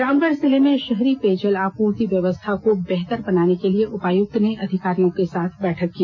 रामगढ़ जिले में शहरी पेयजल आपूर्ति व्यवस्था को बेहतर बनाने के लिए उपायुक्त ने अधिकारियों के साथ बैठक की